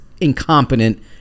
incompetent